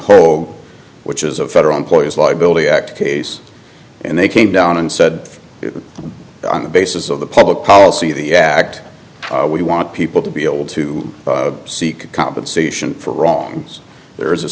hole which is a federal employees liability act case and they came down and said it on the basis of the public policy of the act we want people to be able to seek compensation for wrongs there is a